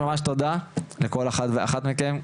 ממש תודה לכל אחת ואחד מכם,